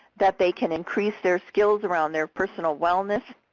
that they can increase their skills around their personal wellness,